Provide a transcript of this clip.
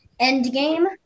Endgame